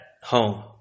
home